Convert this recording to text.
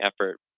effort